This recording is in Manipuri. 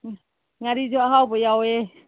ꯎꯝ ꯉꯥꯔꯤꯁꯨ ꯑꯍꯥꯎꯕ ꯌꯥꯎꯋꯦ